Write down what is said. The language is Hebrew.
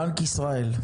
בנק ישראל,